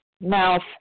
mouth